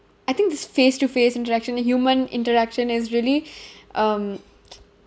I think this face to face interaction the human interaction is really um